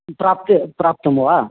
प्राप्य प्राप्तं वा